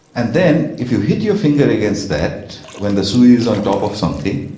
and then, if you hit your finger against that, when the sui is on top of something,